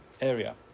area